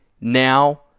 now